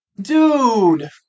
Dude